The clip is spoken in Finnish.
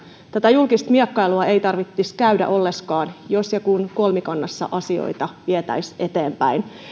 tätä julkista miekkailua ei tarvitsisi käydä ollenkaan jos ja kun kolmikannassa asioita vietäisiin eteenpäin